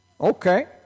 Okay